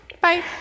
Bye